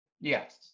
Yes